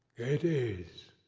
it is.